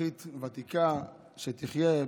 אזרחית ותיקה, שתחיה,